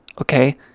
Okay